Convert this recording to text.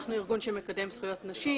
אנחנו ארגון שמקדם זכויות נשים,